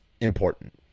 important